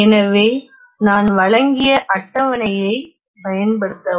எனவே நான் வழங்கிய அட்டவணையைப் பயன்படுத்தவும்